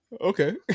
Okay